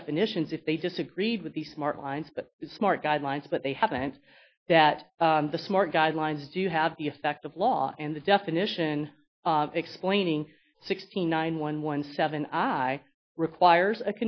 definitions if they disagreed with the smart lines but smart guidelines but they haven't that the smart guidelines do have the effect of law and the definition of explaining sixty nine one one seven i requires a